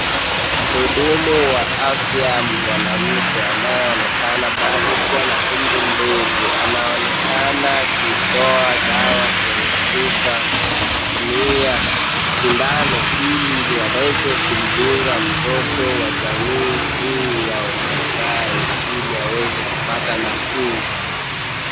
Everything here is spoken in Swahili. Mhudumu wa afya mwanamke anayeonekana bado kuwa na umri mdogo, anaonekana kutoa dawa kwenye chupa kutumia sindano, ili aweze kumdunga mtoto wa jamii hii ya wamaasai, ili aweze kupata nafuu.